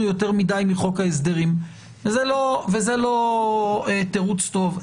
יותר מדי מחוק ההסדרים אבל זה לא תרוץ טוב.